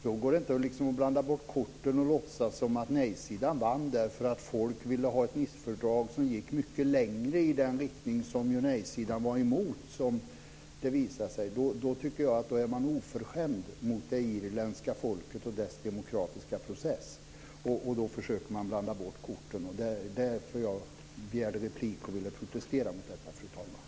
Då går det inte att blanda bort korten och låtsas som om nej-sidan vann därför att folk ville ha ett Nicefördrag som gick mycket längre i den riktning som nej-sidan var emot, som det visade sig. Då tycker jag att man är oförskämd mot det irländska folket och dess demokratiska process. Då försöker man blanda bort korten. Det var därför jag begärde replik och ville protestera mot detta, fru talman.